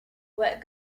what